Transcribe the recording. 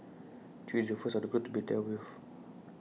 chew is the first of the group to be dealt with